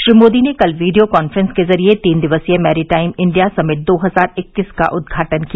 श्री मोदी ने कल video conference के जरिए तीन दिवसीय मैरीटाइम इंडिया समिट दो हजार इक्कीस का उद्घाटन किया